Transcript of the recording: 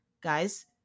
guys